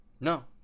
No